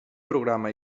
programa